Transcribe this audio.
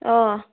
অঁ